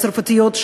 צרפתיות,